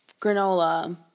granola